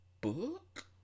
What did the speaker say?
Book